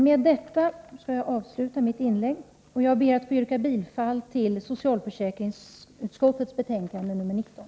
Med detta skall jag avsluta mitt inlägg. Jag ber att få yrka bifall till socialförsäkringsutskottets hemställan i dess betänkande nr 19.